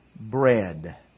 bread